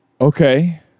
Okay